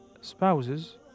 spouses